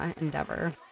endeavor